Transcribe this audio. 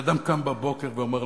כי אדם קם בבוקר ואומר לעצמו: